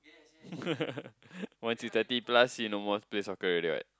once you thirty plus you no more play soccer already what